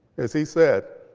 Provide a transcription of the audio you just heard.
as he said,